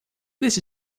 this